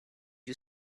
you